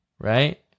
right